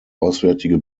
auswärtige